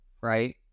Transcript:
right